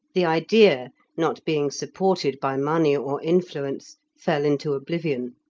the idea, not being supported by money or influence, fell into oblivion.